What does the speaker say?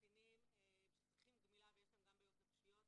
קטינים שצריכים גמילה ויש להם גם בעיות נפשיות,